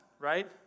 right